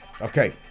Okay